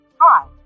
Hi